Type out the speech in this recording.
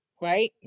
right